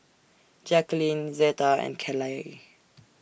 Jacqulyn Zeta and Kaley